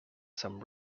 some